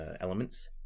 elements